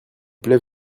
plait